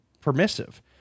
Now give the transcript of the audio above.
permissive